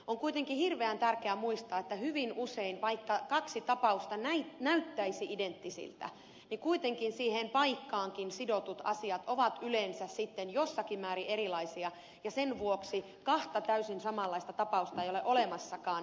on kuitenkin hirveän tärkeää muistaa että hyvin usein vaikka kaksi tapausta näyttäisi identtisiltä kuitenkin siihen paikkaankin sidotut asiat ovat yleensä sitten jossakin määrin erilaisia ja sen vuoksi kahta täysin samanlaista tapausta ei ole olemassakaan